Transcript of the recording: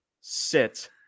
sit